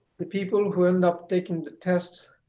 the people who end up taking the tests